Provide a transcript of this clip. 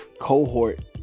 cohort